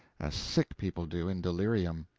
as sick people do in delirium.